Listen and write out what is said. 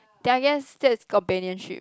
ya I guess that's companionship